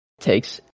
Takes